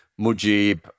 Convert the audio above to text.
Mujib